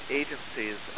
agencies